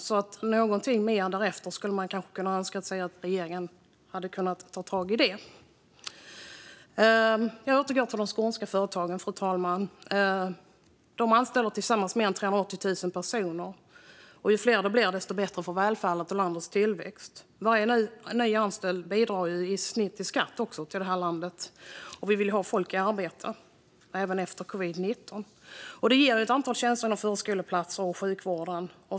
Man hade kanske önskat att regeringen hade kunnat ta tag i att något hade skett därefter. Fru talman! Jag återgår till de skånska företagen. De anställer tillsammans mer än 380 000 personer. Ju fler de blir, desto bättre är det för välfärden och landets tillväxt. Varje ny anställd bidrar i snitt med skatt till landet. Vi vill ju ha folk i arbete även efter covid-19. Det här ger ett antal tjänster inom förskola och sjukvård.